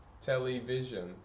Television